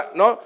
no